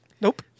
Nope